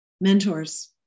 mentors